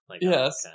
Yes